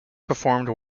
performed